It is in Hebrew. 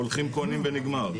שהולכים וקונים ונגמר.